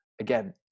again